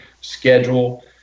schedule